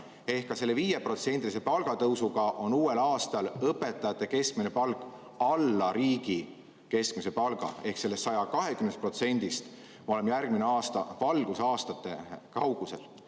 ja ka selle 5%-lise palgatõusuga on uuel aastal õpetajate keskmine palk alla riigi keskmise palga. Sellest 120%‑st me oleme järgmine aasta valgusaastate kaugusel.